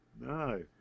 No